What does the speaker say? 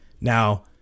Now